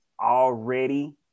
already